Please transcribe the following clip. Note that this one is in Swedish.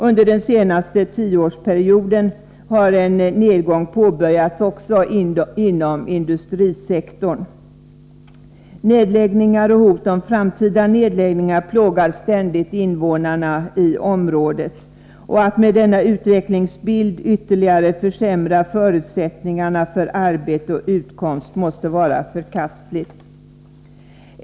Under den senaste tioårsperioden har en nedgång börjat också inom industrisektorn. Nedläggningar och hot om framtida nedläggningar plågar ständigt invånarna i området. Att med denna utvecklingsbild ytterligare försämra förutsättningarna för arbete och utkomst måste vara förkastligt.